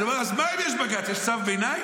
אני אומר: אז מה אם יש בג"ץ, יש צו ביניים?